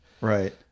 right